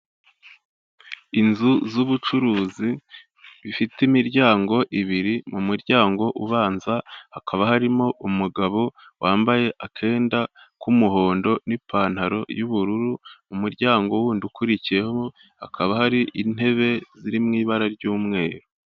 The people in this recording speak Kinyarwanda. Inzu z'ubucuruzi zifite imiryango ibiri mu muryango ubanza hakaba harimo umugabo wambaye akenda k'umuhondo n'ipantaro y'ubururu, umuryango w'undi ukurikiyeho hakaba hari intebe ziri mu ibara ry'umweru.